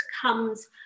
comes